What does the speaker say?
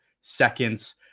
seconds